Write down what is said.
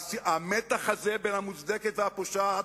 והמתח הזה, בין ה"מוצדקת" וה"פושעת",